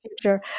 future